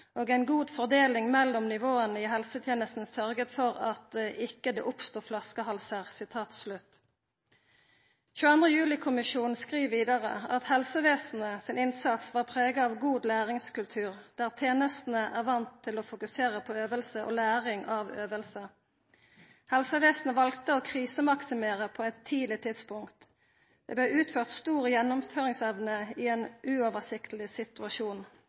og en god fordeling mellom nivåene i helsetjenesten sørget for at det ikke oppsto flaskehalser.» 22. juli-kommisjonen skriv vidare at helsevesenet sin innsats var prega av god læringskultur, der tenestene er vande med å fokusera på øvingar og læring av øvingar. Helsevesenet valde å krisemaksimera på eit tidleg tidspunkt. Det blei utvist stor gjennomføringsevne i ein uoversiktleg situasjon.